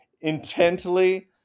intently